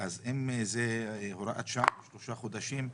אם זאת הוראת שעה לשלושה חודשים,